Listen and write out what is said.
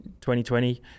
2020